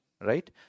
right